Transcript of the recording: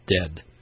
dead